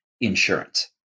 insurance